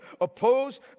oppose